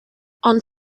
ond